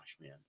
man